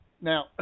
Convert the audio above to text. Now